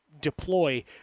deploy